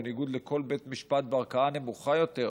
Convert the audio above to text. בניגוד לכל בית משפט בערכאה נמוכה יותר,